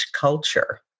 culture